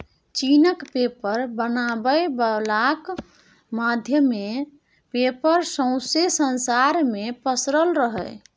चीनक पेपर बनाबै बलाक माध्यमे पेपर सौंसे संसार मे पसरल रहय